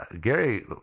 Gary